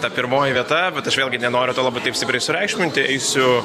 ta pirmoji vieta bet aš vėlgi nenoriu to labai taip stipriai sureikšminti eisiu